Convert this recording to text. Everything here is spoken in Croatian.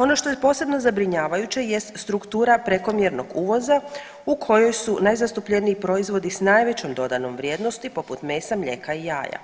Ono što je posebno zabrinjavajuće jest struktura prekomjernog uvoza u kojoj su najzastupljeniji proizvodi s najvećom dodanom vrijednosti poput mesa, mlijeka i jaja